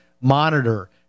monitor